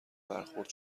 برخورد